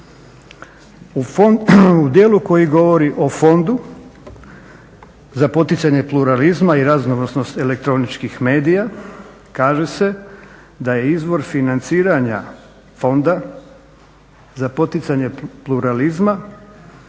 U dijelu koji govori o Fondu za poticanje pluralizma i raznovrsnosti elektroničkih medija kaže se da je iznos financiranja Fondu za poticanje pluralizma